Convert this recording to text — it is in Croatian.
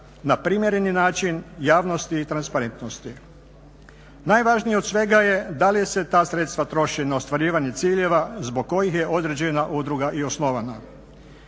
na primjeren način javnosti i transparentnosti. Najvažnije od svega je da li se ta sredstva troše na ostvarivanje ciljeva zbog kojih je određena udruga i osnovana.